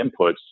inputs